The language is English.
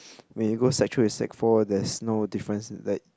when you go sec three and sec four there's no difference in like